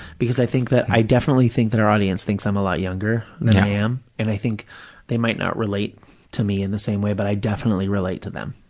because i think that i definitely think that our audience thinks i'm a lot younger than i am, and i think they might not relate to me in the same way, but i definitely relate to them.